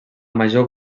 major